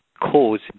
cause